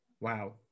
wow